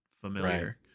familiar